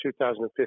2015